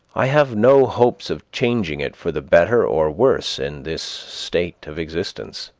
i have no hopes of changing it for the better or worse in this state of existence.